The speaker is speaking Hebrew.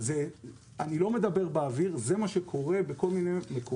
אני לא מדבר באוויר, זה מה שקורה בכל מיני מקומות.